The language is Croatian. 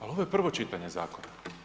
Ali ovo je prvo čitanje zakona.